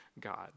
God